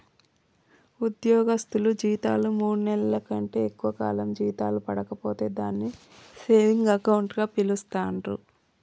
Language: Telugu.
ఉద్యోగస్తులు జీతాలు మూడు నెలల కంటే ఎక్కువ కాలం జీతాలు పడక పోతే దాన్ని సేవింగ్ అకౌంట్ గా పిలుస్తాండ్రు